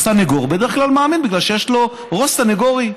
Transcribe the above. הסנגור בדרך כלל מאמין, בגלל שיש לו ראש סנגורי.